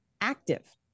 active